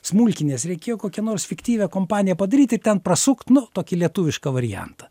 smulkinies reikėjo kokią nors fiktyvią kompaniją padaryti ten prasukt nu tokį lietuvišką variantą